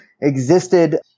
existed